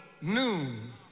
noon